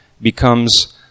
becomes